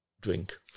drink